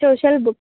social book